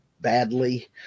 badly